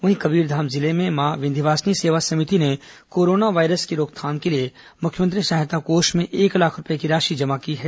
वहीं कबीरधाम जिले में मां विंध्यवासिनी सेवा समिति ने कोरोना वायरस की रोकथाम के लिए मुख्यमंत्री सहायता कोष में एक लाख रूपये की राशि जमा की है